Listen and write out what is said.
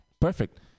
perfect